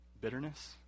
Bitterness